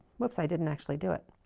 whoops, i didn't actually do it.